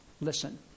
listen